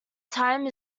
time